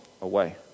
away